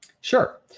Sure